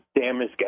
damage